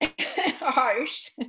harsh